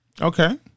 Okay